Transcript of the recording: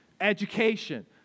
education